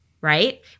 right